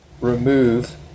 remove